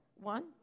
One